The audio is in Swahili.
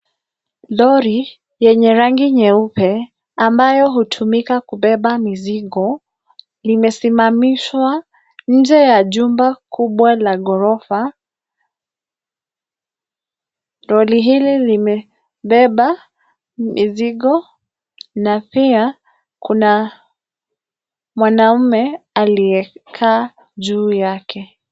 Lori yenye rangi nyeupe ambayo hutumika kubeba mizigo limesimamishwa nje ya jumba kubwa la gorofa. Lori hili lime beba mizigo na pia kuna mwanaume aliye kaa juu yake.